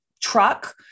truck